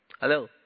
Hello